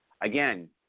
Again